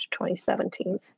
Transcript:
2017